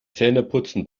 zähneputzen